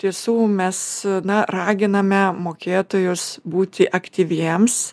iš tiesų mes na raginame mokėtojus būti aktyviems